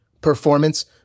performance